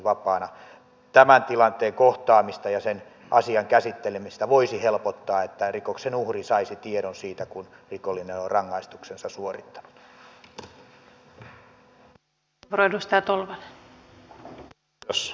tämän tilanteen kohtaamista ja sen asian käsittelemistä voisi helpottaa että rikoksen uhri saisi tiedon siitä kun rikollinen on rangaistuksensa suorittanut